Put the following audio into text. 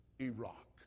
Iraq